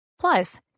Plus